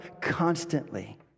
constantly